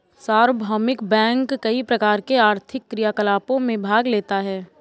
सार्वभौमिक बैंक कई प्रकार के आर्थिक क्रियाकलापों में भाग लेता है